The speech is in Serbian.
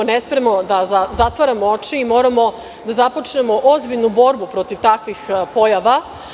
Ne smemo da zatvaramo oči i moramo da započnemo ozbiljnu borbu protiv takvih pojava.